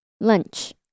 lunch